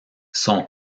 son